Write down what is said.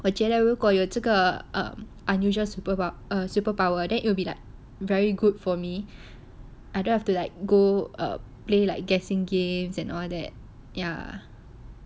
我觉得如果有这个 err unusual superpower superpower then will be like very good for me I don't have to like go err play like guessing games and all that ya